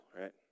right